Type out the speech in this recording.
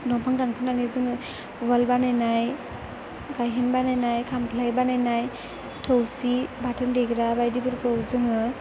दंफां दानख'नानै जोङो उवाल बानायनाय गाइहेन बानायनाय खामफ्लाय बानायनाय थौसि बाथोन देग्रा बायदिफोरखौ जोङो